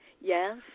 Yes